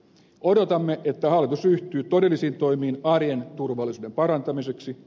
odotamme että hallitus ryhtyy todellisiin toimiin arjen turvallisuuden parantamiseksi